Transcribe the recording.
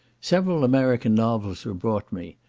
several american novels were brought me.